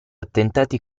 attentati